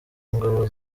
ngabo